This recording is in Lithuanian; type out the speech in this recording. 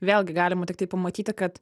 vėlgi galima tiktai pamatyti kad